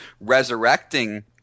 resurrecting